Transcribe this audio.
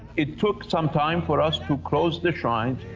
it took some time for us to close the shrines.